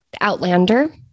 Outlander